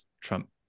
Trump